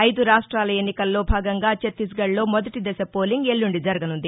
ఐదు రాష్టాల ఎన్నికల్లో భాగంగా ఛత్తీస్గఢ్లో మొదటి దశ పోలింగ్ ఎల్లుండి జరగనుంది